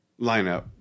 lineup